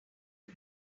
cry